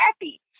happy